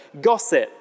gossip